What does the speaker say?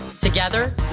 Together